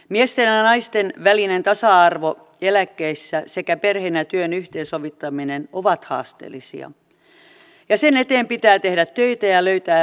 miesten ja naisten välinen tasa arvo eläkkeissä sekä perheen ja työn yhteensovittaminen ovat haasteellisia ja sen eteen pitää tehdä töitä ja löytää hyväksyttävät ratkaisut